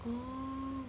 orh